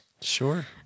sure